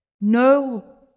No